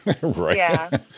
Right